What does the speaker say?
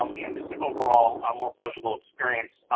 um and just overall more pleasurable experience.